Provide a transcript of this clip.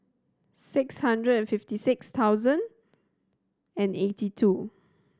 six hundred and fifty six thousand and eighty two